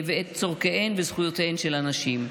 ואת צורכיהן וזכויותיהן של הנשים.